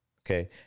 Okay